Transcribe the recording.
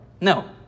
No